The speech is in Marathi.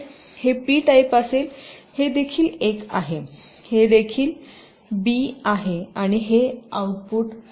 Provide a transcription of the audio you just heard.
हे पी टाईप असेल हे देखील एक आहे हे देखील बी आहे आणि हे आउटपुट आहे